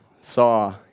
saw